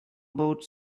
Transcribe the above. about